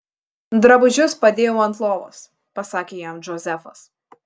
drabužius padėjau ant lovos pasakė jam džozefas